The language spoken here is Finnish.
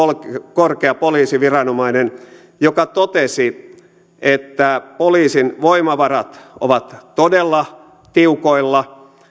korkea poliisiviranomainen joka totesi että poliisin voimavarat ovat todella tiukoilla